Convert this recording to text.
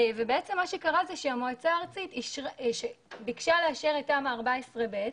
ובעצם מה שקרה זה שהמועצה הארצית שביקשה לאשר את תמ"א 14/ב,